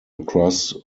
across